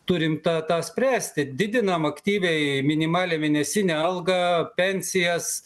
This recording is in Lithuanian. turim tą tą spręsti didinam aktyviai minimalią mėnesinę algą pensijas